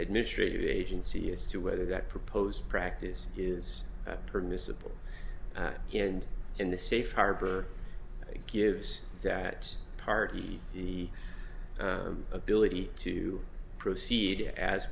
administrative agency as to whether that proposed practice is permissible and in the safe harbor gives that party the ability to proceed as